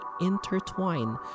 intertwine